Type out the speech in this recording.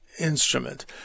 instrument